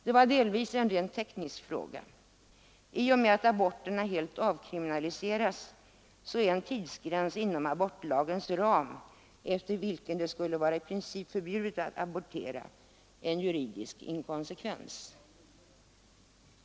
Det var delvis en rent teknisk fråga. I och med att aborterna helt avkriminaliseras är en tidsgräns inom abortlagens ram, efter vilken det skulle vara i princip förbjudet att abortera, en juridisk inkonsekvens.